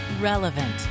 Relevant